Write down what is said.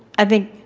i think